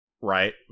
right